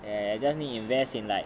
and just need invest in like